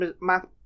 math